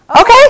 okay